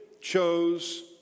chose